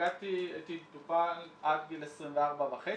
הייתי מטופל עד גיל 24 וחצי.